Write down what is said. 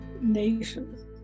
nations